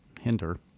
hinder